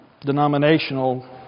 denominational